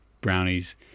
brownies